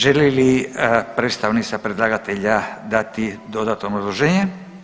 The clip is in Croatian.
Želi li predstavnica predlagatelja dati dodatno obrazloženje?